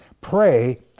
pray